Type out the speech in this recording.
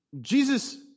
Jesus